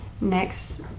next